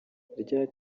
rya